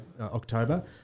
October